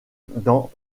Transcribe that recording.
dans